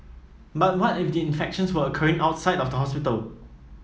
but what if the infections were occurring outside of the hospital